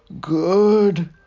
Good